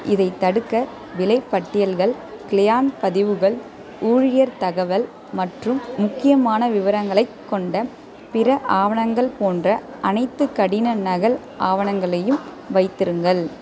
இதைத் தடுக்க விலைப்பட்டியல்கள் கிளையாண்ட் பதிவுகள் ஊழியர் தகவல் மற்றும் முக்கியமான விவரங்களைக் கொண்ட பிற ஆவணங்கள் போன்ற அனைத்து கடின நகல் ஆவணங்களையும் வைத்திருங்கள்